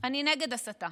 אני נגד הסתה.